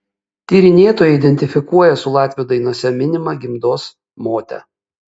tyrinėtojai identifikuoja su latvių dainose minima gimdos mote